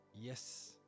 yes